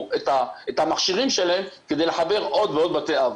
את המכשירים שלהם כדי לחבר עוד ועוד בתי אב.